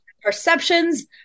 perceptions